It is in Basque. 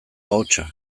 ahotsa